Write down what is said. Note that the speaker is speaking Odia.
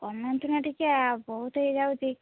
କମାନ୍ତୁ ନା ଟିକିଏ ଆ ବହୁତ ହେଇଯାଉଛି